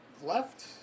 left